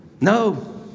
No